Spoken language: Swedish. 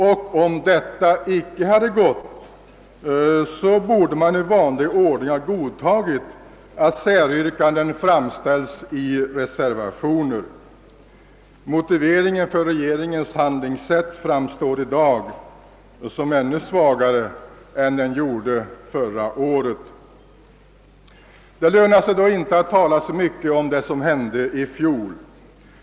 Om en sådan inte hade varit genomförbar borde man i vanlig ordning ha godtagit att säryrkanden framställdes i reservationer. Motiveringen för regeringens handlingssätt framstår i dag som ännu svagare än den gjorde förra året. Det lönar sig emellertid inte att tala så mycket om det som hände i fjol.